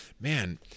Man